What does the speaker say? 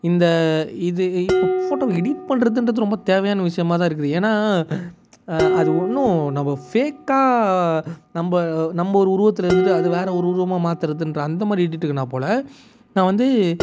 இந்த இது இப்போ ஃபோட்டோவை எடிட் பண்ணுறதுன்றது ரொம்ப தேவையான விஷயமாக தான் இருக்குது ஏன்னா அது ஒன்றும் நம்ம ஃபேக்காக நம்ம நம்ம ஒரு உருவத்தில் இருந்துட்டு அது வேறு ஒரு உருவமாக மாத்துறதுன்ற அந்த மாதிரி எடிட்டுக்கு நான் போகல நான் வந்து